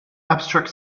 abstract